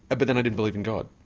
ah but then i didn't believe in god,